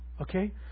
okay